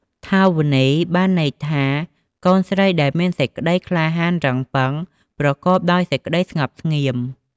ថាវនី បានន័យថា កូនស្រីដែលមានសេចក្តីក្លាហានរឹងបុឹង ប្រកបដោយសេចក្តីស្ងប់ស្ងៀម។